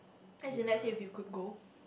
as in let's say if you could go